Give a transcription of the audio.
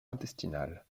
intestinale